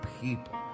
people